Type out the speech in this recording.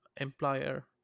employer